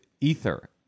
ether